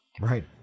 Right